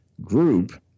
group